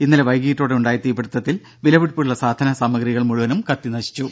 ഇന്നലെ വൈകീട്ടോടെ ഉണ്ടായ തീപിടിത്തത്തിൽ വിലപിടിപ്പുള്ള സാധന സാമഗ്രികൾ മുഴുവനും കത്തി നശിച്ചു